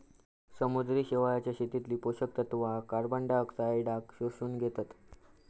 समुद्री शेवाळाच्या शेतीतली पोषक तत्वा कार्बनडायऑक्साईडाक शोषून घेतत